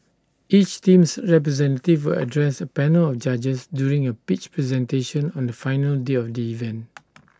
each team's representative will address A panel of judges during A pitch presentation on the final day of the event